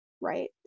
right